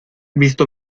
visto